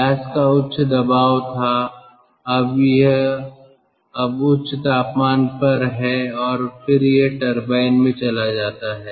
gas का उच्च दबाव था अब यह अब उच्च तापमान पर है और फिर यह टरबाइन में चला जाता है